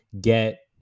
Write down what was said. get